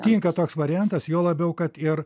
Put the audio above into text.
tinka toks variantas juo labiau kad ir